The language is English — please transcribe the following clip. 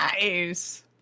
Nice